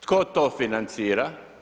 Tko to financira?